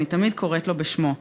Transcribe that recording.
אני תמיד קוראת לו בשמו,